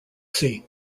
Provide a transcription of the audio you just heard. sea